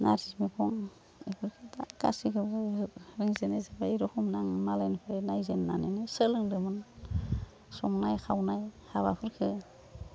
नारजि मैगं बेफोरखौ दा गासैखौबो रोंजोबनाय जाबाय बे रोखोम आं मालायनिखौ नायजेन्नानैनो सोलोंदोंमोन संनाय खावनाय हाबाफोरखौ